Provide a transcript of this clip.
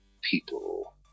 people